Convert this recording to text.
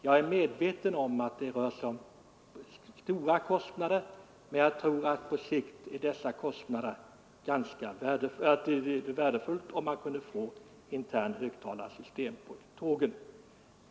Jag är medveten om att det rör sig om stora kostnader, men jag tror att det är ganska värdefullt om vi på sikt kunde få interna högtalarsystem på tågen.